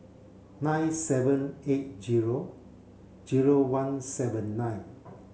nine seven eight zero zero one seven nine